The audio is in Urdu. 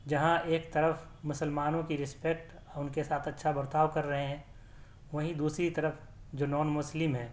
جہاں ایک طرف مسلمانوں کی ریسپیکٹ ان کے ساتھ اچھا برتاؤ کر رہے ہیں وہیں دوسری طرف جو نان مسلم ہیں